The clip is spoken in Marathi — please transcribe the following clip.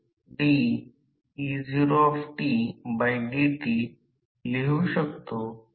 हे खरं तर सामान्यीकृत ट्रान्सफॉर्मर सारखे वागते ज्यामध्ये वारंवारतेचे रूपांतर स्लिप च्या प्रमाणात देखील होते